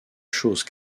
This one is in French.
chose